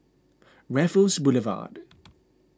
Raffles Boulevard